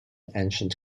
ancient